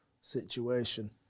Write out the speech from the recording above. situation